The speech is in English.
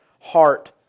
heart